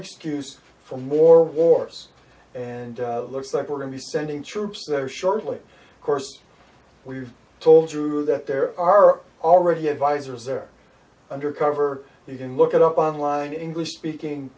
excuse for more wars and looks like we're going to be sending troops there shortly course we've told you that there are already advisors there undercover you can look it up online in english speaking